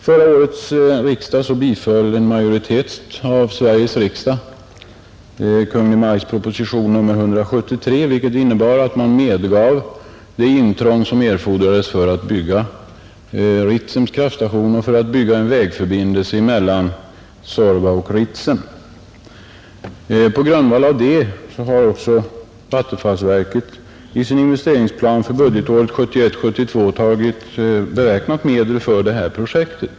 Förra året biföll en majoritet av Sveriges riksdag Kungl. Maj:ts proposition nr 173, som innebar att riksdagen medgav det intrång som erfordrades för att bygga Ritsems kraftstation och en vägförbindelse mellan Suorva och Ritsem. På grundval av detta beslut har vattenfallsverket i sin investeringsplan för budgetåret 1971/72 beräknat medel för detta projekt.